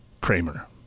Kramer